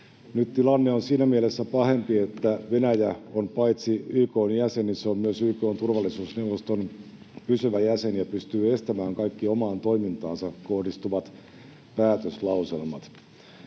tilanne on siinä mielessä pahempi, että Venäjä on paitsi YK:n jäsen myös YK:n turvallisuusneuvoston pysyvä jäsen ja pystyy estämään kaikki omaan toimintaansa kohdistuvat päätöslauselmat.